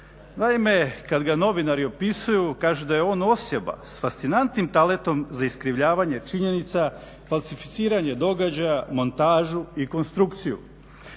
Naime, kad ga novinari opisuju kažu da je on osoba s fascinantnim talentom za iskrivljavanje činjenica, falsificiranje događaja, montažu i konstrukciju.